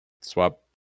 swap